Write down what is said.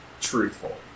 truthful